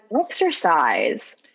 exercise